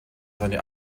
seine